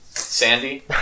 Sandy